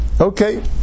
okay